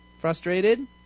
Frustrated